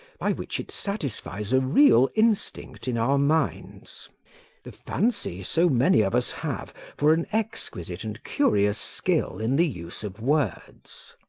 by which it satisfies a real instinct in our minds the fancy so many of us have for an exquisite and curious skill in the use of words.